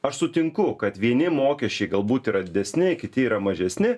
aš sutinku kad vieni mokesčiai galbūt yra didesni kiti yra mažesni